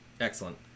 Excellent